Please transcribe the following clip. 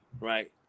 right